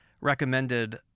recommended